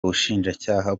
ubushinjacyaha